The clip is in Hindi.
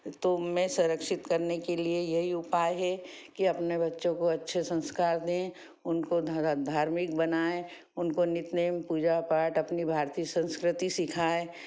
तो मैं संरक्षित करने के लिए यही उपाय है कि अपने बच्चों को अच्छे संस्कार दें उनको धरा धार्मिक बनाएँ उनको नित नेम पूजा पाठ अपनी भारतीय संस्कृति सीखाएँ